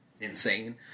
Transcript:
insane